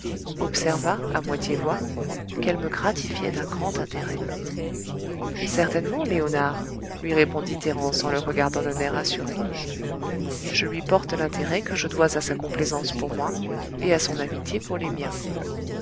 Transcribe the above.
observa à moitié voix qu'elle me gratifiait d'un grand intérêt certainement léonard lui répondit thérence en le regardant d'un air assuré je lui porte l'intérêt que je dois à sa complaisance pour moi et à son amitié pour les miens